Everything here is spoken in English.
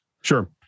Sure